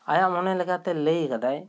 ᱟᱭᱟᱜ ᱢᱚᱱᱮ ᱞᱮᱠᱟ ᱛᱮ ᱞᱟᱹᱭ ᱟᱠᱟᱫᱟᱭ